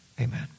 Amen